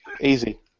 Easy